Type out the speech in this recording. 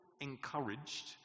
encouraged